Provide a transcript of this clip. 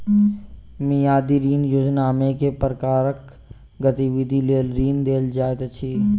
मियादी ऋण योजनामे केँ प्रकारक गतिविधि लेल ऋण देल जाइत अछि